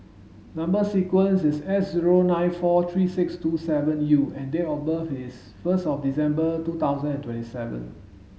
number sequence is S zero nine four three six two seven U and date of birth is first of December two thousand and twenty seven